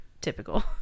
typical